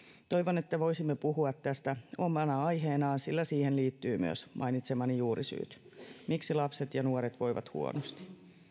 toivon että voisimme puhua tästä omana aiheenaan sillä siihen liittyvät myös mainitsemani juurisyyt miksi lapset ja nuoret voivat huonosti